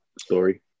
story